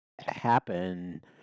happen